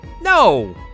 No